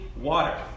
water